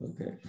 Okay